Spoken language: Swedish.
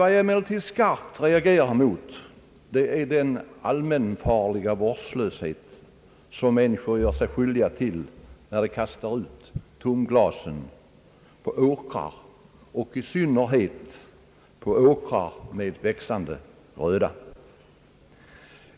Vad jag emellertid skarpt reagerar mot är den allmänfarliga vårdslöshet som människor gör sig skyldiga till, när de kastar ut tomglas på åkrar, i synnerhet på åkrar med växande gröda.